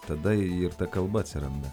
tada ir ta kalba atsiranda